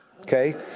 Okay